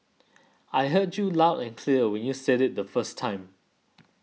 I heard you loud and clear when you said it the first time